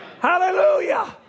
Hallelujah